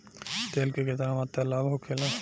तेल के केतना मात्रा लाभ होखेला?